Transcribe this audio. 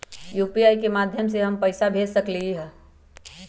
UPI के माध्यम से हम पैसा भेज सकलियै ह?